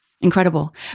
Incredible